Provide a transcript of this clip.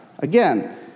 Again